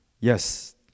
Yes